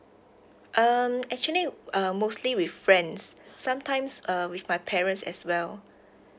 um actually um mostly with friends sometimes uh with my parents as well